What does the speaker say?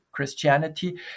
Christianity